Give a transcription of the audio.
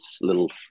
little